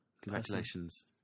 Congratulations